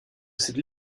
cette